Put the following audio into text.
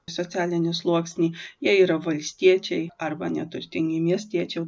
socialinį sluoksnį jie yra valstiečiai arba neturtingi miestiečiai